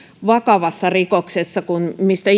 vakavassa rikoksessa kuin mistä